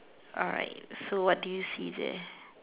alright so what do you see there